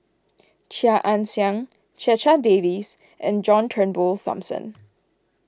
Chia Ann Siang Checha Davies and John Turnbull Thomson